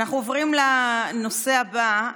אנחנו עוברים לנושא הבא: